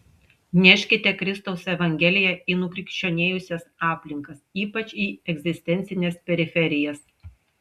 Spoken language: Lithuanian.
neškite kristaus evangeliją į nukrikščionėjusias aplinkas ypač į egzistencines periferijas